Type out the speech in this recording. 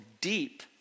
deep